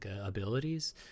abilities